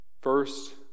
first